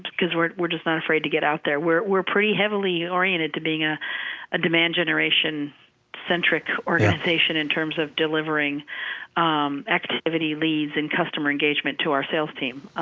we're we're just not afraid to get out there. we're we're pretty heavily oriented to being a ah demand generation centric organization in terms of delivering activity leads and customer engagement to our sales team.